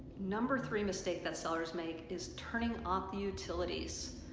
number three mistake that sellers make is turning off the utilities.